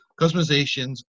customizations